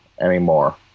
anymore